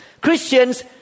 Christians